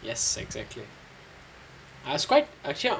yes exactly I was quite actually I'm